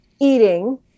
eating